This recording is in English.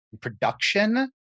production